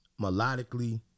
melodically